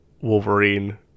Wolverine